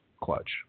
clutch